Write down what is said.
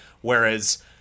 Whereas